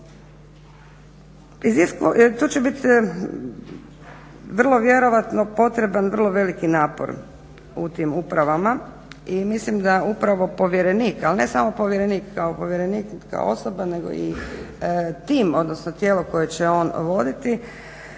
To će biti vrlo vjerojatno potreban vrlo veliki napor u tim upravama i mislim da upravo povjerenik al ne samo povjerenik kao povjerenik kao osoba nego kao i tim odnosno tijelo koje će on voditi